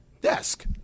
desk